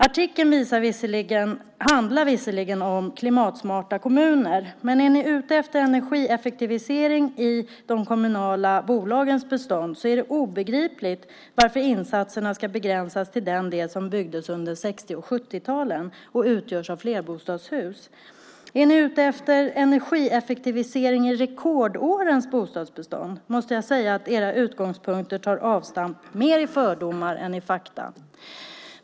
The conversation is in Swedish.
Artikeln handlar visserligen om klimatsmarta kommuner, men är ni ute efter energieffektivisering i de kommunala bolagens bestånd är det obegripligt varför insatserna ska begränsas till den del som byggdes under 1960 och 1970-talen och utgörs av flerbostadshus. Om ni är ute efter energieffektivisering i rekordårens bostadsbestånd måste jag säga att era utgångspunkter tar avstamp mer i fördomar än i fakta.